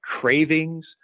cravings